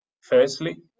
Firstly